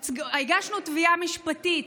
הגשנו תביעה משפטית,